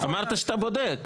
אמרת שאתה בודק?